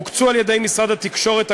הוקצו על-ידי משרד התקשורת,